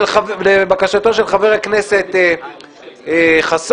לבקשתו של חבר הכנסת חסון.